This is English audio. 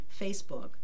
Facebook